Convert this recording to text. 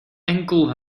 enkel